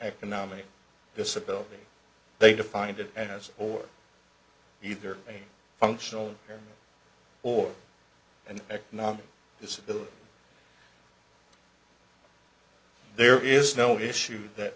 economic disability they defined it as or either a functional or an economic disability there is no issue that